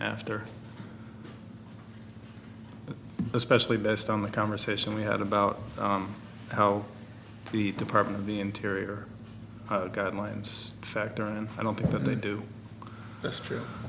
after especially best on the conversation we had about how the department of the interior got mines factor and i don't think that they do that's true